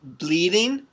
bleeding